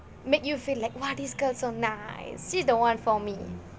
make you feel like !wah! this girl is so nice she's the [one] for me